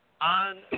On